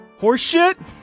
Horseshit